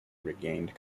regained